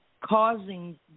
causing